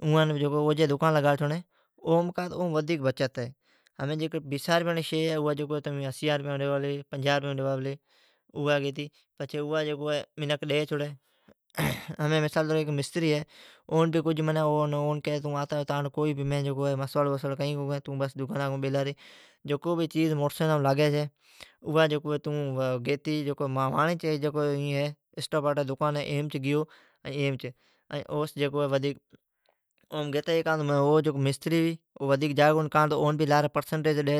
او جی دکان لگا چھوڑیں۔ اوم ودھیک بچت ھی۔ بیساں رپیاں ڑی شی اسیاں رپیام پنجاھ ڈوا پلی۔ پچھی منکھ ڈی چھوڑی۔ ھمیں مثال طور ھیک مستری ھی، اون توں کہ آتا ۔ تاں کٹھوں مسواڑ بسواڑ کھیں کو گیں، توں دکان نام بیلا ری۔ کوئی چیز موٹرسائکلام لاگی چھی، ائا توں گیتی، مانڑی اسٹاپام دکان ھی، اٹھی گیو۔ او سوں پچھی گیتا جایو۔ مستری ودھیک جا کونی، اون لاری پرسنٹیج ڈی۔